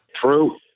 true